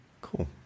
Cool